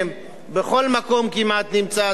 בכל מקום כמעט נמצא הדבר הזה.